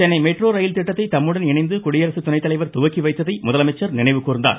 Chennai metro rail திட்டத்தை தம்முடன் இணைந்து குடியரசுத் துணைத்தலைவர் துவக்கி வைத்ததை முதலமைச்சர் நினைவு கூர்ந்தார்